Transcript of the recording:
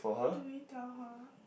how do we tell how